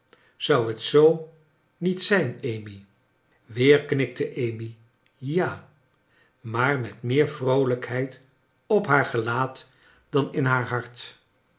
zou het zoo niet zijn amy i weer knikte amy ja maar met meer vroolijkheid op haar gelaat dan in haar hart